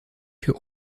für